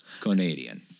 Canadian